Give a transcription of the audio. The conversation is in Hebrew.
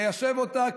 ליישב אותה,